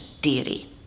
deity